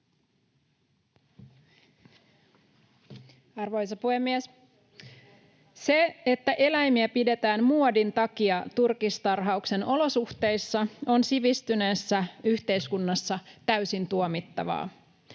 Arvoisa puhemies! ”Se, että eläimiä pidetään muodin takia turkistarhauksen olosuhteissa, on sivistyneessä yhteiskunnassa täysin tuomittavaa.”